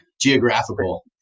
geographical